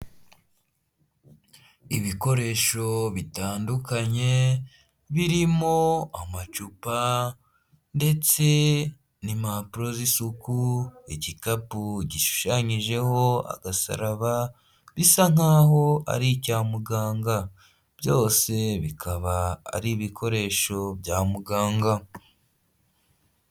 Ibikoresho bitandukanye birimo amacupa ndetse n'impapuro z'isuku. Igikapu gishushanyijeho agasaraba bisa nkaho ari icya muganga. Byose bikaba ari ibikoresho bya muganga.